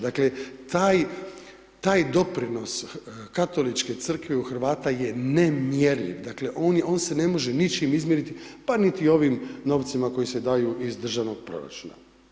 Dakle taj doprinos Katoličke crkve u Hrvata je nemjerljiv, dakle on se ne može ničim izmjeriti pa niti ovim novcima koji se daju iz državnog proračuna.